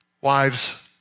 Wives